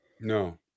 No